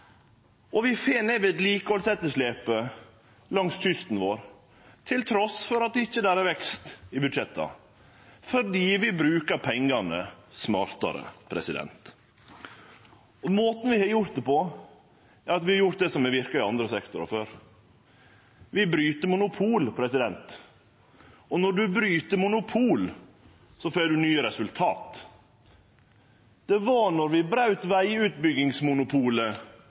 Og vi får ned vedlikehaldsetterslepet langs kysten vår, trass i at det ikkje er vekst i budsjetta, fordi vi brukar pengane smartare. Måten vi har gjort det på, er at vi har gjort det som har verka i andre sektorar før. Vi bryt monopol, og når ein bryt monopol, får ein nye resultat. Det var då vi braut vegutbyggingsmonopolet